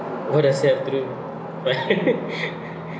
what does that have to do